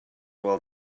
while